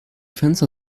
fenster